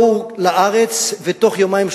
באו לארץ ותוך יומיים,